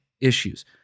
issues